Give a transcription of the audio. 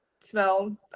smell